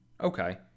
Okay